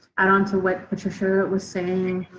add on to what patricia was saying.